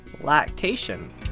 Lactation